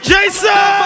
Jason